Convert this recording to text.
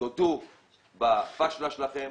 תודו בפשלה שלכם,